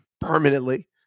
permanently